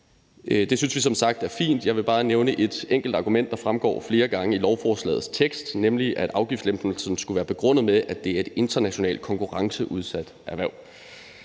Det synes vi som sagt er fint. Jeg vil bare nævne et enkelt argument, der fremgår flere gange i lovforslagets tekst, nemlig at afgiftslettelsen skulle være begrundet med, at det er et international konkurrence-udsat erhverv.